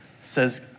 Says